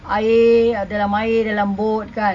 air dalam air dalam boat kan